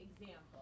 example